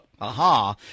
Aha